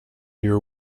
your